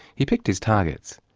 he picked his targets.